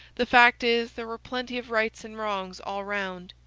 the fact is, there were plenty of rights and wrongs all round.